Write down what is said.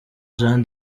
jean